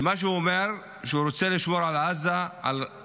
מה שהוא אומר, שהוא רוצה לשמור על עזה מפורזת